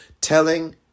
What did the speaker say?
telling